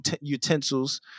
utensils